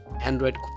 Android